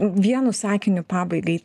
vienu sakiniu pabaigai